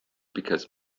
because